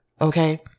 Okay